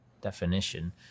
definition